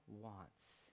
wants